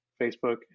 facebook